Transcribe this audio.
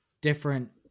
different